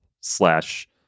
slash